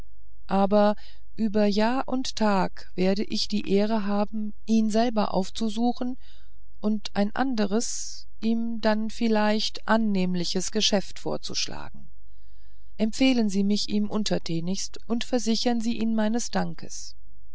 aber über jahr und tag werde ich die ehre haben ihn selber aufzusuchen und ein anderes ihm dann vielleicht annehmliches geschäft vorzuschlagen empfehlen sie mich ihm untertänigst und versichern ihn meines dankes